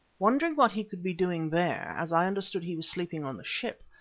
wondering what he could be doing there, as i understood he was sleeping on the ship,